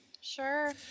Sure